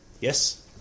Yes